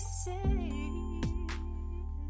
say